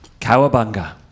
Cowabunga